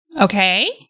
okay